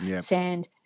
sand